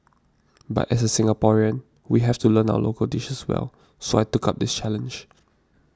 but as a Singaporean we have to learn our local dishes well so I took up this challenge